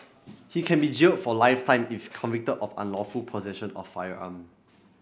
he can be jailed for life time if convicted of unlawful possession of a firearm